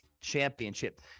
Championship